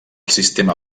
sistema